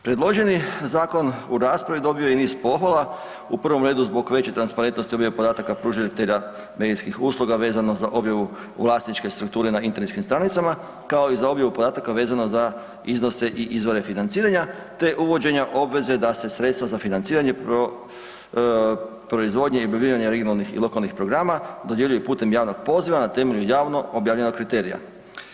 Predloženi zakon u raspravi dobio je i niz pohvala, u prvom redu zbog veće transparentnosti objave podataka pružatelja medijskih usluga vezano za objavu vlasničke strukture na internetskim stranicama, kao i za objavu podataka vezano za iznose i izvore financiranja te uvođenja obveze da se sredstva za financiranje proizvodnje i objavljivanje regionalnih i lokalnih programa dodjeljuje putem javnog poziva na temelju javno objavljenog kriterijima.